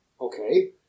okay